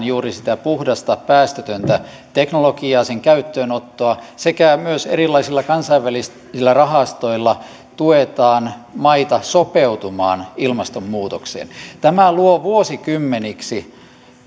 juuri sitä puhdasta päästötöntä teknologiaa sen käyttöönottoa sekä myös erilaisilla kansainvälisillä rahastoilla tuetaan maita sopeutumaan ilmastonmuutokseen tämä luo vuosikymmeniksi